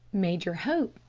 major hope,